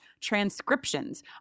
transcriptions